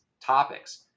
topics